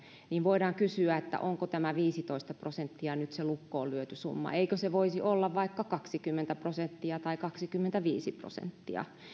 voidaan kysyä onko tämä viisitoista prosenttia nyt se lukkoon lyöty summa eikö se voisi olla vaikka kaksikymmentä prosenttia tai kaksikymmentäviisi prosenttia